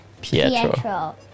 Pietro